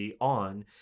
on